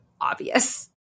obvious